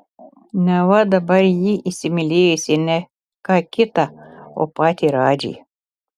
neva dabar ji įsimylėjusi ne ką kitą o patį radžį